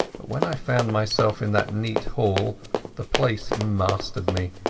but when i found myself in that neat hall the place mastered me.